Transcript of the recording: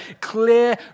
clear